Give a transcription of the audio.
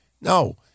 No